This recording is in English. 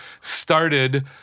started—